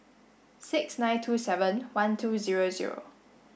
six nine two seven one two zero zero